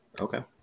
Okay